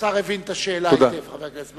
השר הבין את השאלה היטב, חבר הכנסת ברכה.